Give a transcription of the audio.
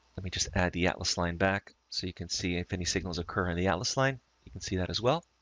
let me just add the atlas line back. so you can see if any signals occur on the atlas line you can see that as well.